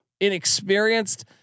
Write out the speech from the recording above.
inexperienced